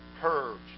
Purge